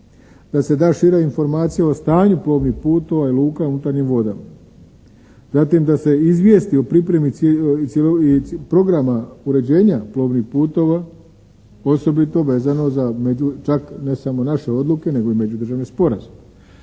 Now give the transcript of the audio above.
da se da šira informacija o stanju plovnih putova i luka u unutarnjim vodama, zatim da se izvijesti o pripremi programa uređenja plovnih putova osobito vezano za čak ne samo naše odluke nego i međudržavne sporazume.